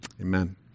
amen